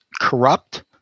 corrupt